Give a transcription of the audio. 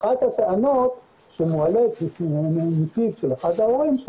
אחת הטענות שמעלה אחד ההורים היא